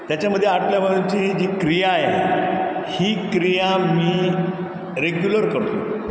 त्याच्यामध्ये आतल्या बाजूची जी क्रिया आहे ही क्रिया मी रेग्युलर करतो